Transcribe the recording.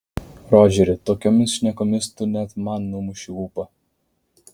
rodžeri tokiomis šnekomis tu net man numuši ūpą